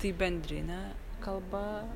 tai bendrinė kalba